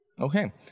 Okay